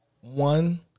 one